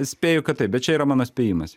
spėju kad taip bet čia yra mano spėjimas